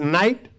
night